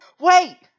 Wait